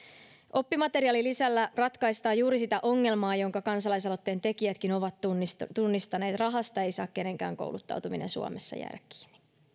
oppimateriaalilisällä ratkaistaan juuri sitä ongelmaa jonka kansalaisaloitteen tekijätkin ovat tunnistaneet rahasta ei saa kenenkään kouluttautuminen suomessa jäädä kiinni